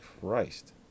Christ